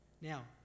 Now